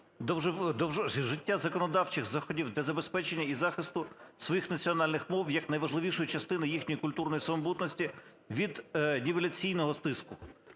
вжиття законодавчих заходів для забезпечення і захисту своїх національних мов як найважливішої частини їхньої культурної самобутності віднівеляційного тиску".